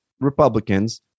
Republicans